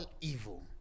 evil